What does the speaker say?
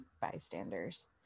bystanders